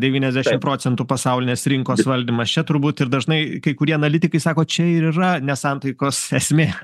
devyniasdešimt procentų pasaulinės rinkos valdymas čia turbūt ir dažnai kai kurie analitikai sako čia ir yra nesantaikos esmė